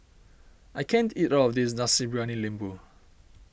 I can't eat all of this Nasi Briyani Lembu